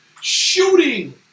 shooting